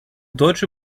deutsche